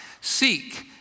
Seek